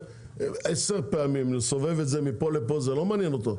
כעשר פעמים ולסובב ממקום למקום זה לא משנה לו,